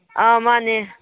ꯑꯥ ꯃꯥꯅꯦ